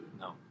No